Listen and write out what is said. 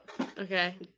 Okay